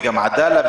וגם עדאללה,